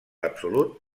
absolut